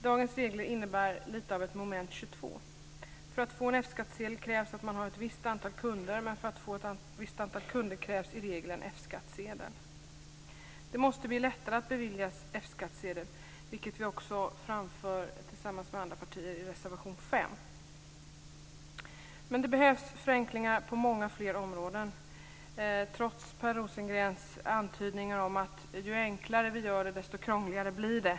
Dagens regler innebär lite av ett moment 22: För att få en F skattsedel krävs att man har ett visst antal kunder, men för att få ett visst antal kunder krävs i regel en F skattsedel. Det måste bli lättare att beviljas F skattsedel, vilket vi också framför tillsammans med andra partier i reservation 5. Men det behövs förenklingar på många fler områden trots Per Rosengrens antydningar om att ju enklare vi gör det, desto krångligare blir det.